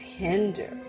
tender